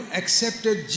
accepted